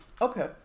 Okay